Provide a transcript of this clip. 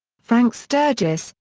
frank sturgis,